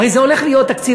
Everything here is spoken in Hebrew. הרי זה הולך להיות תקציב,